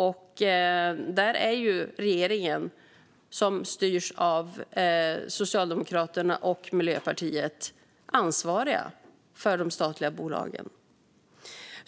Och regeringen, som styrs av Socialdemokraterna och Miljöpartiet, är ansvariga för de statliga bolagen.